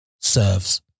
serves